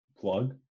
plug